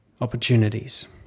Opportunities